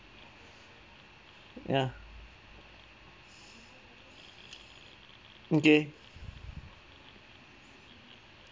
ya okay